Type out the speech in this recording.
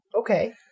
Okay